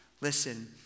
Listen